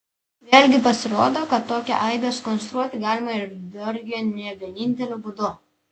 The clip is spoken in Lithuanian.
vėlgi pasirodo kad tokią aibę sukonstruoti galima ir dargi ne vieninteliu būdu